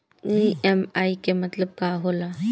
EMI के मतलब का होला?